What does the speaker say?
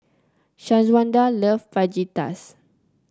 Shawanda loves Fajitas